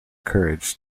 courage